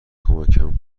کمکم